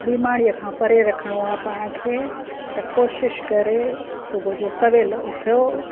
बीमारीअ खां परे रखिणो आहे पाण खे त कोशिशि करे सुबुह जो सवेल उथियो